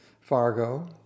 Fargo